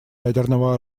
ядерного